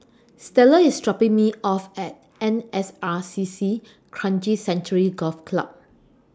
Stella IS dropping Me off At N S R C C Kranji Sanctuary Golf Club